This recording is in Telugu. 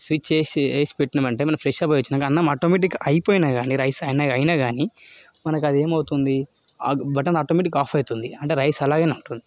స్విచ్ వేసి వేసి పెట్టినమంటే మనం ఫ్రెషప్ అయి వచ్చినాక అన్నం ఆటోమేటిక్గా అయిపోయినా కాని రైస్ అయినా అయినా నికా మనకి అది ఏం అవుతుంది బటన్ ఆటోమేటిక్గా ఆఫ్ అయితుంది అంటే రైస్ అలాగనే ఉంటూ